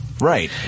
Right